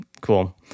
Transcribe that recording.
cool